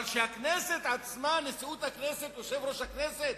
אבל שהכנסת עצמה, נשיאות הכנסת, יושב-ראש הכנסת,